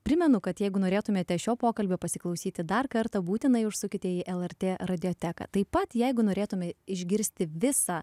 primenu kad jeigu norėtumėte šio pokalbio pasiklausyti dar kartą būtinai užsukite į lrt radioteką taip pat jeigu norėtume išgirsti visą